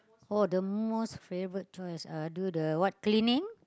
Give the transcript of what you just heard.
oh the most favourite chore is uh do the what cleaning